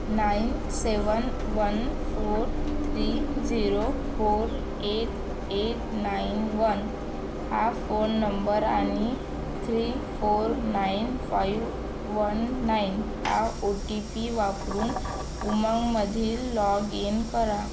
nine seven one four three zero four eight eight nine one हा phone number आणि three four nine five one nine हा O T P वापरून उमंगमधील log in करा